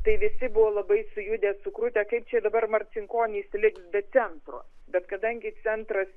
tai visi buvo labai sujudę sukrutę kaip čia dabar marcinkonys liks be centro bet kadangi centras